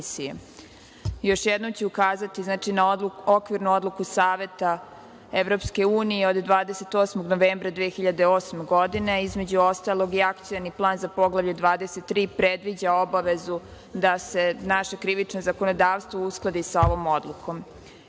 jednom ću ukazati na Okvirnu odluku Saveta EU od 28. novembra 2008. godine, a između ostalog i Akcioni plan za Poglavlje 23 predviđa obavezu da se naše krivično zakonodavstvo uskladi sa ovom odlukom.